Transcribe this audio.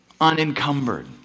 unencumbered